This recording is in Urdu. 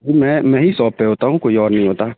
جی میں میں ہی شاپ پہ ہوتا ہوں کوئی اور نہیں ہوتا